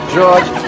George